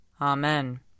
Amen